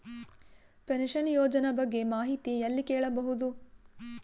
Pension ಯೋಜನ ಬಗ್ಗೆ ಮಾಹಿತಿ ಎಲ್ಲ ಕೇಳಬಹುದು?